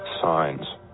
signs